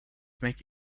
make